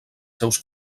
seus